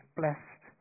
blessed